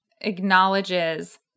acknowledges